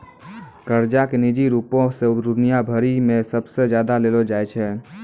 कर्जा के निजी रूपो से दुनिया भरि मे सबसे ज्यादा लेलो जाय छै